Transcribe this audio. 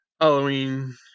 Halloween